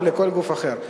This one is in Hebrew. או לכל גוף אחר,